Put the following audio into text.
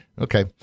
Okay